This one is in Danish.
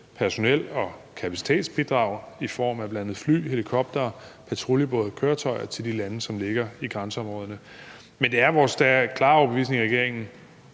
personel og kapacitetsbidrag i form af bl.a. fly, helikoptere, patruljebåde og køretøjer til de lande, der ligger i grænseområderne. Men det er vores klare overbevisning i regeringen,